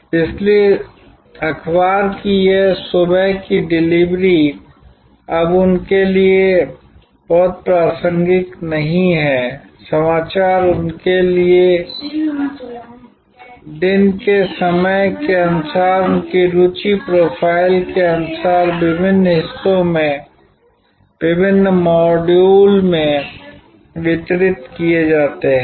इसलिए अखबार की यह सुबह की डिलीवरी अब उनके लिए बहुत प्रासंगिक नहीं है समाचार उनके दिन के समय के अनुसार उनकी रुचि प्रोफ़ाइल के अनुसार विभिन्न हिस्सों में विभिन्न मॉड्यूल में वितरित किए जाते हैं